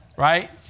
Right